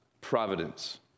providence